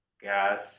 gas